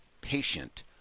patient